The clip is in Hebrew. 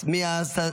מי השר,